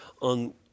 on